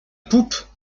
poupe